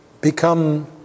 become